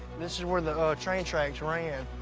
this is where the train tracks ran.